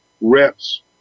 reps